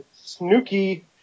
Snooky